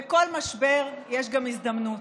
בכל משבר יש גם הזדמנות,